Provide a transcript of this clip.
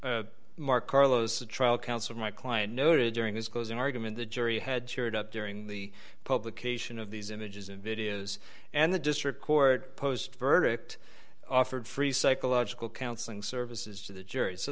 as mark carlos the trial counsel my client noted during his closing argument the jury had teared up during the publication of these images and videos and the district court posed verdict offered free psychological counseling services to the jury so